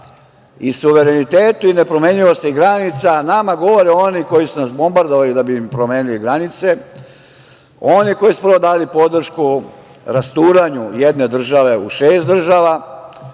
i suverenitetu i nepromenjivosti granica nama govore oni koji su nas bombardovali da bi nam promenili granice, oni koji su dali podršku rasturanju jedne države u šest država,